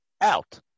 out